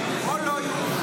או לא יהודים,